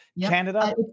Canada